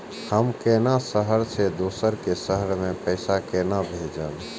हम केना शहर से दोसर के शहर मैं पैसा केना भेजव?